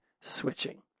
switching